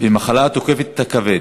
במחלה התוקפת את הכבד,